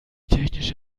technische